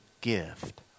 gift